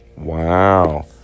Wow